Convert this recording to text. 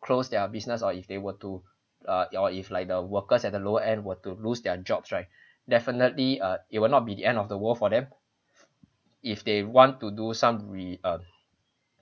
close their business or if they were to err or if like the workers at the lower end were to lose their jobs right definitely ah it will not be the end of the world for them if they want to do some re~ uh